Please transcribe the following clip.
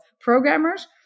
programmers